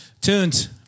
Tunes